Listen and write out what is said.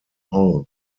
holmes